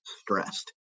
stressed